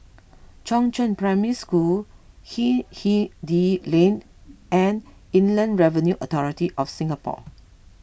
Chongzheng Primary School Hindhede Lane and Inland Revenue Authority of Singapore